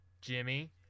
jimmy